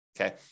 Okay